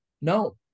no